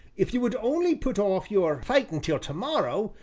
if you would only put off your fightin' till to-morrow,